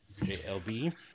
JLB